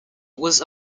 was